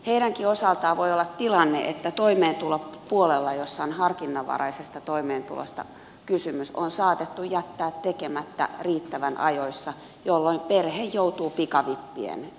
heidänkin osaltaan voi olla tilanne että toimeentulopuolella jossa on harkinnanvaraisesta toimeentulosta kysymys se on saatettu jättää tekemättä riittävän ajoissa jolloin perhe joutuu pikavippien eteen